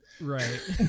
Right